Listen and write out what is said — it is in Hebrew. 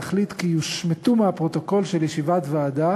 להחליט כי יושמטו מפרוטוקול של ישיבת ועדה